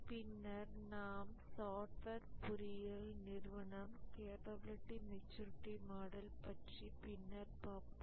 பின்னர் நாம் சாப்ட்வேர் பொறியியல் நிறுவனம் கேப்பபிளிட்டி மெச்சூரிட்டி மாடல் பற்றி பின்னர் பார்ப்போம்